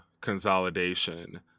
consolidation